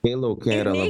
jei lauke yra